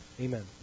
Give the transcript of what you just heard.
Amen